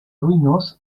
ruïnós